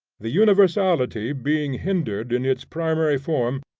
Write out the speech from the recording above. the universality being hindered in its primary form,